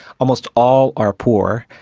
almost all are poor.